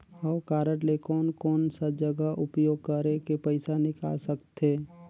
हव कारड ले कोन कोन सा जगह उपयोग करेके पइसा निकाल सकथे?